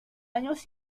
años